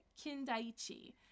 Kindaichi